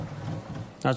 עודה.